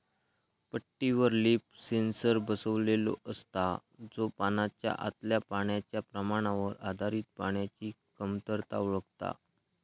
पट्टीवर leaf sensor बसवलेलो असता, जो पानाच्या आतल्या पाण्याच्या प्रमाणावर आधारित पाण्याची कमतरता ओळखता